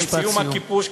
ועם סיום הכיבוש,